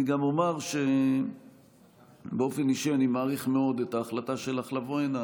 אני גם אומר שבאופן אישי אני מעריך מאוד את ההחלטה שלך לבוא הנה.